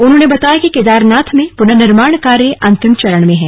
उन्होंने बताया कि केदारनाथ में पुनर्निर्माण कार्य अन्तिम चरण में है